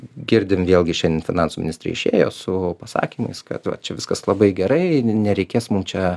girdim vėlgi šiandien finansų ministrė išėjo su pasakymais kad va čia viskas labai gerai nereikės mum čia